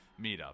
meetup